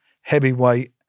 heavyweight